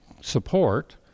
support